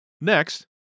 Next